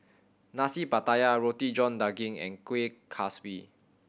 Nasi Pattaya Roti John Daging and Kueh Kaswi